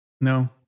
No